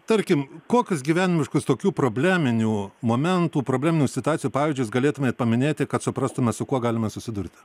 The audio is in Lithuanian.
tarkim kokius gyvenimiškus tokių probleminių momentų probleminių situacijų pavyzdžius galėtumėt paminėti kad suprastume su kuo galime susidurti